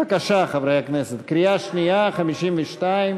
בבקשה, חברי הכנסת, קריאה שנייה, 52,